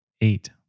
eight